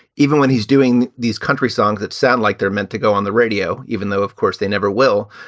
even when he's doing these country songs that sound like they're meant to go on the radio, even though, of course, they never will.